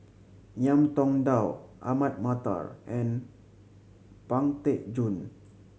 Ngiam Tong Dow Ahmad Mattar and Pang Teck Joon